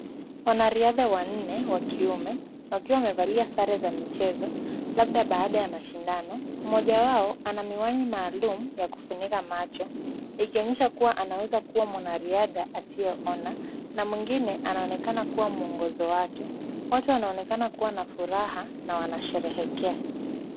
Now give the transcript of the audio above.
Wanariadha wanne wa kiume wakiwa wamevalia sare za michezo, labda baada ya mashindano. Mmoja wao ana miwani maalum ya kufunika macho ikionyesha kuwa anaeza kuwa mwanariadha asiyeona , na mwingine anaonekana kuwa mwongozo wake. Wote wanaonekana kuwa na furaha na wanasheherekea.